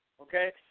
okay